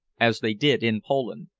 as they did in poland.